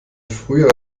früher